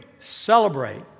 celebrate